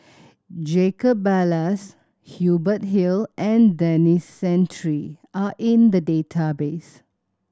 Jacob Ballas Hubert Hill and Denis Santry are in the database